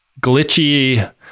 glitchy